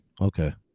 Okay